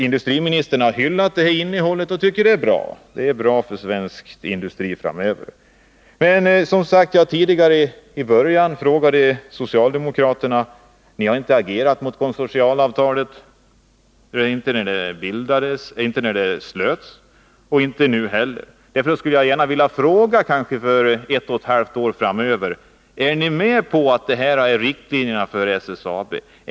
Industriministern har sagt att han tycker att synpunkterna är bra för svensk industri framöver. Som jag sade förut har socialdemokraterna inte reagerat mot konsortialavtalet — inte när det slöts och inte heller nu. Därför skulle jag gärna vilja fråga med tanke på ett och ett halvt år framöver: Är ni med på att detta skall vara riktlinjerna för SSAB?